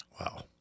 Wow